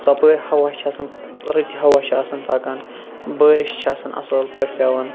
ژۄپٲر ہَوا چھُ آسان رٕت ہَوا چھِ آسان پَکان بٲرِش چھِ آسان اَصل پٲٹھۍ پیٚوان